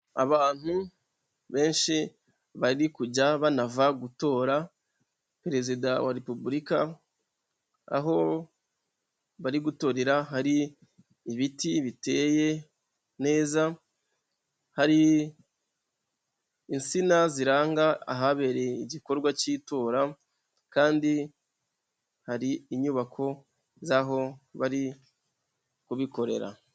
Abantu benshi bari kujya banava gutora Perezida wa Repubulika, aho bari gutorera hari ibiti biteye neza, hari insina ziranga ahabereye igikorwa cy'itora kandi hari inyubako z'aho bari kubikorera.